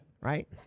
right